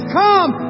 come